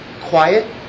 quiet